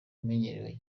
umenyerewe